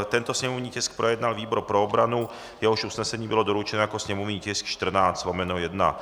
Tento sněmovní tisk projednal výbor pro obranu, jehož usnesení bylo doručeno jako sněmovní tisk 14/1.